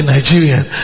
Nigerian